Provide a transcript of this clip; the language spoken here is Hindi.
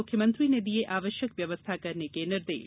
मुख्यमंत्री ने दिये आवश्यक व्यवस्था करने के निर्देश